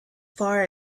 far